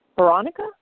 Veronica